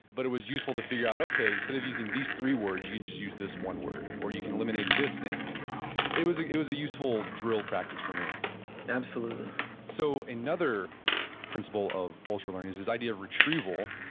but it was useful to figure out, okay instead of using these three words, you can just use this one word. or you can eliminate this thing. and it was ah it was a useful drill practice for me absolutely so another principle of ultralearning is this idea of retrieval,